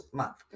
month